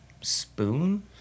Spoon